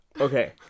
Okay